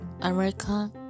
America